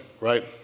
right